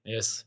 Yes